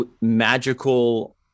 magical